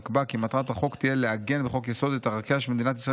נקבע כי מטרת החוק תהיה לעגן בחוק-יסוד את ערכיה של מדינת ישראל